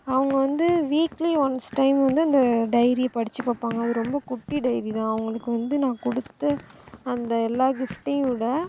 அவங்க வந்து weekly once time வந்து அந்த டைரிய படிச்சுப்பாங்க அது ரொம்ப குட்டி டைரி தான் அவங்களுக்கு வந்து நான் கொடுத்த அந்த எல்லாம் கிஃப்ட்டயும் விட